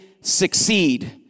succeed